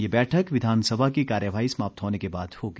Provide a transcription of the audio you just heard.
ये बैठक विधानसभा की कार्यवाही समाप्त होने के बाद होगी